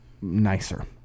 nicer